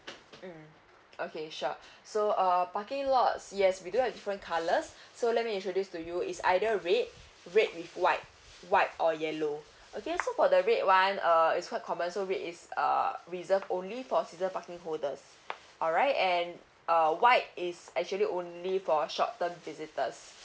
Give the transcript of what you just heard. mm okay sure so uh parking lots yes we do have different colours so let me introduce to you is either red red with white white or yellow okay so for the red one uh is quite common so red is uh reserve only for season parking holders alright and uh white is actually only for a short term visitors